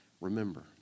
remember